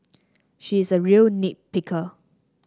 she is a real nit picker